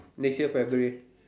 next year February